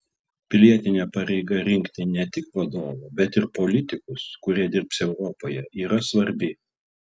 pilietinė pareiga rinkti ne tik vadovą bet ir politikus kurie dirbs europoje yra svarbi